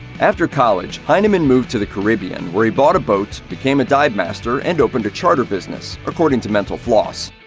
after college, hyneman moved to the caribbean, where he bought a boat, became a divemaster, and opened a charter business, according to mental floss.